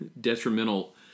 detrimental